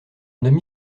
demi